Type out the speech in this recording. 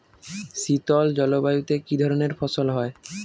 শীতল জলবায়ুতে কি ধরনের ফসল হয়?